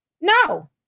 No